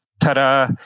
Ta-da